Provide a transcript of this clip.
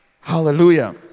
Hallelujah